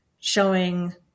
showing